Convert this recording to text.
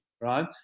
right